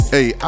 Hey